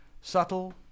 Subtle